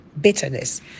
bitterness